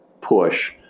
push